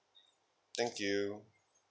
thank you